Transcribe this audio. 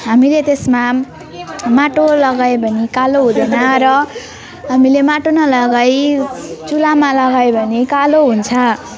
हामीले त्यसमा माटो लगायौँ भने कालो हुँदैन र हामीले माटो नलगाई चुल्हामा लग्यौँ भने कालो हुन्छ